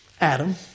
Adam